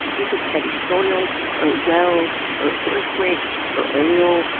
you can study soils, or wells, or earthquakes, or oil,